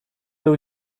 był